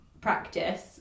practice